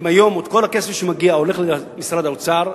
אם היום כל הכסף שמגיע ילך למשרד האוצר?